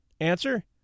Answer